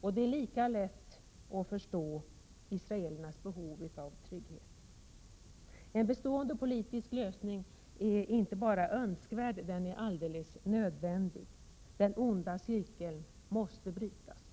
Det är lika lätt att förstå israelernas behov av trygghet. En bestående politisk lönsing är inte bara önskvärd, den är alldeles nödvändig. Den onda cirkeln måste brytas.